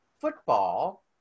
football